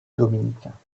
dominicains